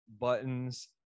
Buttons